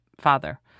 father